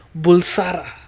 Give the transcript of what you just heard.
Bulsara